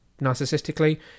narcissistically